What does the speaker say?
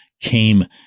came